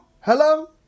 hello